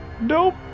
Nope